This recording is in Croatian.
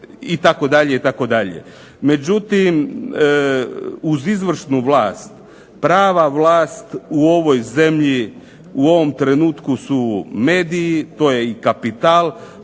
Međutim, uz izvršnu vlast prava vlast u ovoj zemlji u ovom trenutku su mediji, to je i kapital.